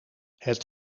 het